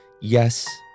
Yes